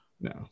no